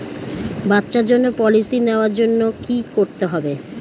বাচ্চার জন্য পলিসি নেওয়ার জন্য কি করতে হবে?